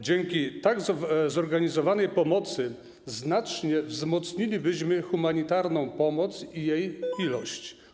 Dzięki tak zorganizowanej pomocy znacznie wzmocnilibyśmy humanitarną pomoc i jej ilość.